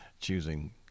choosing